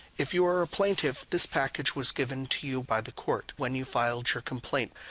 if you are a plaintiff, this package was given to you by the court when you filed your complaint.